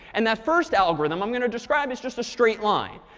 and that first algorithm, i'm going to describe as just a straight line.